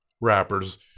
rappers